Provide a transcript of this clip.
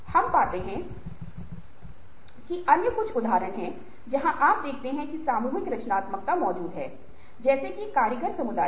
हम पाते हैं कि कुछ अन्य उदाहरण हैं जहाँ आप देखते हैं कि सामूहिक रचनात्मकता मौजूद है जैसे कि कारीगर समुदायों में